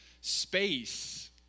space